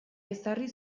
ezarri